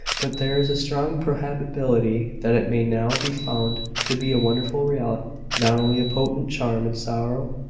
but there is a strong probability that it may now be found to be a wonderful reality not only a potent charm in sorrow,